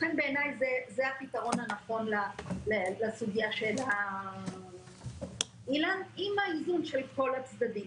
לכן בעיניי זה הפתרון הנכון לסוגיה שהעלה אילן עם האיזון של כל הצדדים.